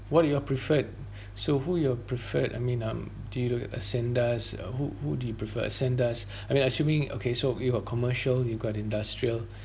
what you're preferred so who you're preferred I mean um do you ascendas uh who who do you prefer ascendas I mean assuming okay so you got commercial you got industrial